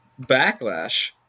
backlash